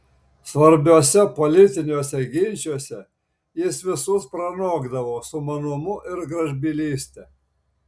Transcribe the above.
svarbiuose politiniuose ginčuose jis visus pranokdavo sumanumu ir gražbylyste